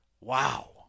Wow